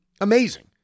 amazing